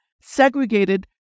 segregated